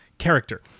character